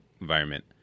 environment